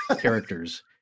characters